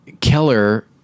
Keller